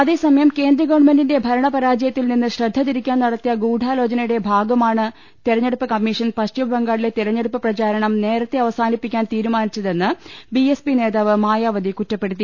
അതേസമയം കേന്ദ്രഗവൺമെന്റിന്റെ ഭരണപരാജയത്തിൽ നിന്ന് ശ്രദ്ധതിരിക്കാൻ നടത്തിയ ഗൂഢാലോചനയുടെ ഭാഗമാണ് തെരഞ്ഞെടുപ്പ് കമ്മീഷൻ പശ്ചിമബംഗാളിലെ തെരഞ്ഞെടുപ്പ് പ്രചാ രണം നേരത്തെ അവസാനിപ്പിക്കാൻ തീരുമാനിച്ചതെന്ന് ബിഎസ്പി നേതാവ് മായാവതി കുറ്റപ്പെടുത്തി